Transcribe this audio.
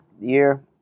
year